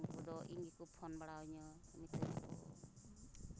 ᱩᱱᱠᱩ ᱫᱚ ᱤᱧ ᱜᱮᱠᱚ ᱯᱷᱳᱱ ᱵᱟᱲᱟ ᱤᱧᱟ ᱢᱤᱛᱟᱹᱧ ᱠᱚ